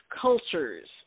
cultures